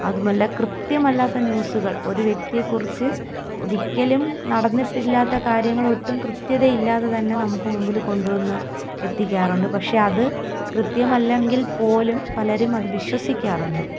അതുമല്ല കൃത്യമല്ലാത്ത ന്യൂസുകൾ ഒരു വ്യക്തിയെക്കുറിച്ച് ഒരിക്കലും നടന്നിട്ടില്ലാത്ത കാര്യങ്ങളൊട്ടും കൃത്യതയില്ലാതെ തന്നെ നമുക്കു മുമ്പിൽ കൊണ്ടു വന്നു എത്തിക്കാറുണ്ട് പക്ഷേ അതു കൃത്യമല്ലെങ്കിൽ പോലും പലരും അതു വിശ്വസിപ്പിക്കാറുണ്ട്